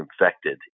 infected